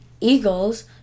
Eagles